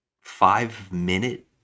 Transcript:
five-minute